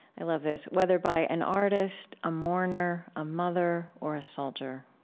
i love this whether by an artist, a mourner, a mother, or a soldier.